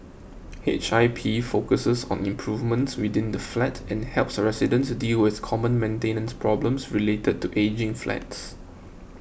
H I P focuses on improvements within the flat and helps residents deal with common maintenance problems related to ageing flats